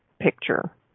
picture